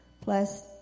plus